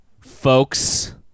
folks